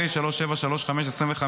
פ/3735/25,